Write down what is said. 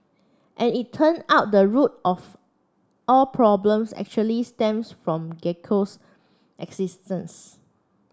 and it turn out the root of all problems actually stems from gecko's existence